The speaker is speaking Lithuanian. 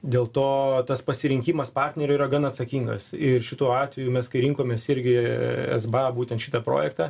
dėl to tas pasirinkimas partnerio yra gan atsakingas ir šituo atveju mes kai rinkomės irgi sba būtent šitą projektą